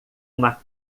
uma